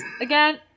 again